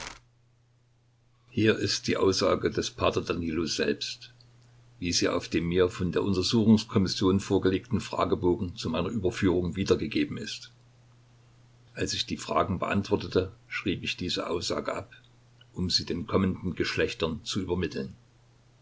hier ist die aussage des p danilo selbst wie sie auf dem mir von der untersuchungskommission vorgelegten fragebogen zu meiner überführung wiedergegeben ist als ich die fragen beantwortete schrieb ich diese aussage ab um sie den kommenden geschlechtern zu übermitteln